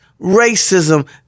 racism